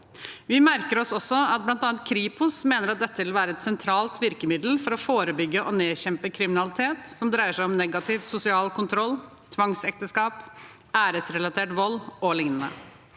Vi merker oss også at bl.a. Kripos mener at dette vil være et sentralt virkemiddel for å forebygge og nedkjempe kriminalitet som dreier seg om negativ sosial kontroll, tvangsekteskap, æresrelatert vold og liknende.